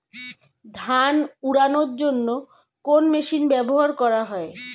ধান উড়ানোর জন্য কোন মেশিন ব্যবহার করা হয়?